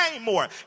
more